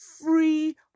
free